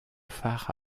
phare